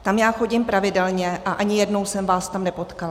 Tam já chodím pravidelně, a ani jednou jsem vás tam nepotkala.